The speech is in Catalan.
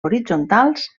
horitzontals